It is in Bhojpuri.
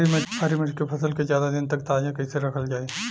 हरि मिर्च के फसल के ज्यादा दिन तक ताजा कइसे रखल जाई?